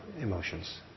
emotions